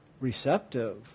receptive